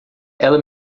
ela